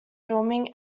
filming